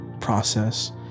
process